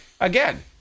again